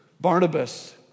Barnabas